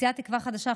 סיעת תקווה חדשה,